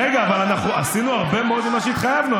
רגע, אבל אנחנו עשינו הרבה מאוד ממה שהתחייבנו.